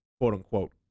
quote-unquote